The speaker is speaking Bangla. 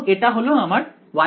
এবং এটা হল আমার Y0